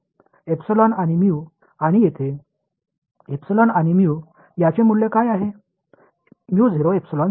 epsilon आणि mu आणि येथे आणि याचे मूल्य काय आहे